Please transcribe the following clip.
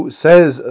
says